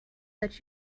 that